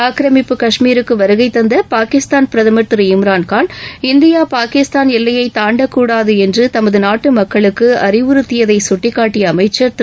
ஆக்கிரமிப்பு கஷ்மீருக்கு வருகைதந்த பாகிஸ்தான் பிரதமர் இம்ரான் கான் இந்திய பாகிஸ்தான் எல்லையை தாண்டக்கூடாது என்று தனது நாட்டு மக்களுக்கு அறிவுறுத்தியதை சுட்டிக்காட்டிய அமைச்சர் திரு